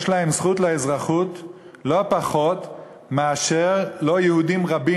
יש להם זכות לאזרחות לא פחות מאשר ללא-יהודים רבים